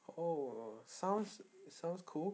oh sounds sounds cool